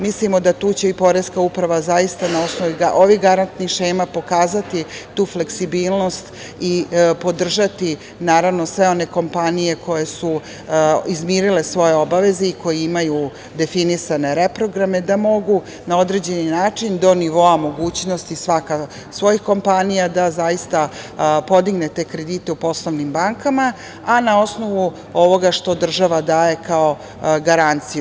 Mislimo da tu će i poreska uprava zaista, na osnovu ovih garantnih šema, pokazati tu fleksibilnost i podržati sve one kompanije koje su izmirile svoje obaveze i koje imaju definisane reprograme, da mogu na određeni način, do nivoa mogućnosti svaka svojih kompanija da podigne te kredite u poslovnim bankama, a na osnovu ovoga što država daje kao garanciju.